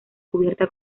cubierta